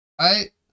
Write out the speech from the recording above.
right